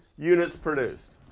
units produced.